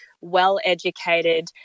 well-educated